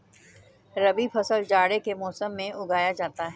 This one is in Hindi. रबी फसल जाड़े के मौसम में उगाया जाता है